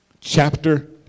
chapter